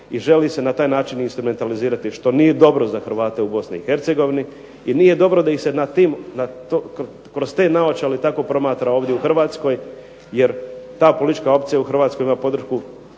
i želi se na taj način instrumentalizirati što nije dobro za Hrvate u Bosni i Hercegovini i nije dobro da ih se kroz te naočale tako promatra ovdje u Hrvatskoj jer ta politička opcija u Hrvatskoj ima podršku